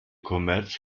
kommerz